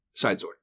Sidesword